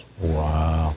Wow